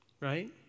right